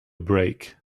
break